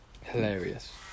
hilarious